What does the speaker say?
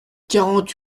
quarante